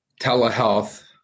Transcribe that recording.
telehealth